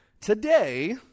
Today